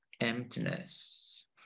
emptiness